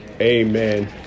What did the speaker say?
amen